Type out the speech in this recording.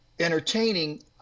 entertaining